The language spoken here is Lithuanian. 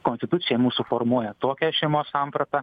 konstitucija mūsų formuoja tokią šeimos sampratą